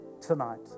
tonight